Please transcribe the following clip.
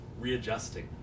readjusting